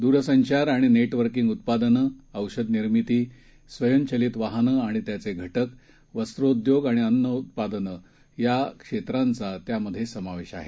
दूरसंचार आणि नेटवर्किंग उत्पादनं औषधं निर्मिती स्वयंचलित वाहनं आणि त्याचे घटक वस्त्रोद्योग आणि अन्न उत्पादनं या क्षेत्रांचा त्यात समावेश आहे